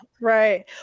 Right